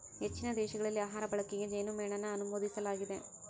ಹೆಚ್ಚಿನ ದೇಶಗಳಲ್ಲಿ ಆಹಾರ ಬಳಕೆಗೆ ಜೇನುಮೇಣನ ಅನುಮೋದಿಸಲಾಗಿದೆ